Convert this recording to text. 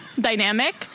dynamic